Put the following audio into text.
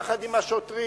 יחד עם השוטרים,